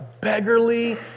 beggarly